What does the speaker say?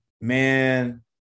man